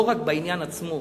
לא רק בעניין עצמו.